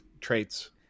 traits